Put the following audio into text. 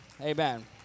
Amen